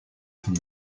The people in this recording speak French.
son